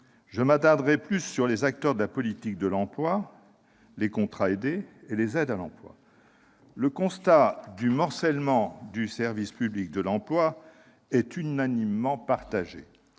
Je m'attarderai plus longuement sur les acteurs de la politique de l'emploi, les contrats aidés et les aides à l'emploi. Le constat du morcellement du service public de l'emploi est unanimement partagé.